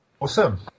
Awesome